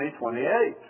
2028